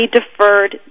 deferred